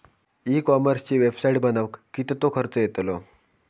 E कॉमर्सची website बनवक किततो खर्च येतलो?